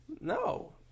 No